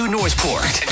Northport